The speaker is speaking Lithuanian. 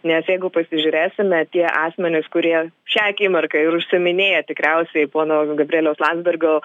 nes jeigu pasižiūrėsime tie asmenys kurie šią akimirką ir užsiiminėja tikriausiai pono gabrieliaus landsbergio